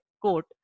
quote